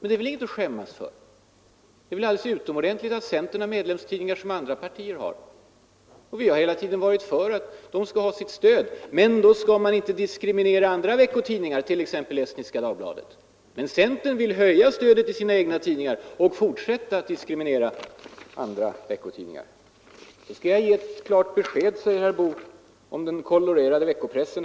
Det är väl inget att skämmas för. Det är ju alldeles utomordentligt att centern har medlemstidningar liksom andra partier. Vi har hela tiden varit för att de skall ha sitt stöd. Men då skall man inte diskriminera andra veckotidningar, t.ex. Estniska Dagbladet. Centern vill höja stödet till sina egna tidningar och fortsätta att diskriminera andra veckotidningar. Så skall jag ge ett klart besked, säger herr Boo, om ”den kolorerade veckopressen”.